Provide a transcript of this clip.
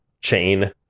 chain